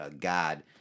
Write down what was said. God